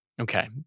Okay